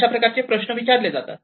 अशा प्रकारचे प्रश्न विचारले जातात